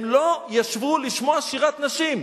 הם לא ישבו לשמוע שירת נשים.